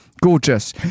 gorgeous